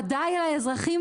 בוודאי על האזרחים